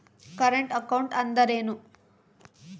Current account ಅಂದರೇನು?